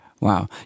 Wow